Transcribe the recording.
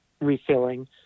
refilling